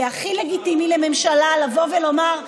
והכי לגיטימי לממשלה לבוא ולומר,